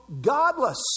godless